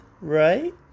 right